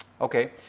Okay